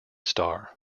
star